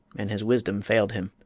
and his wisdom failed him.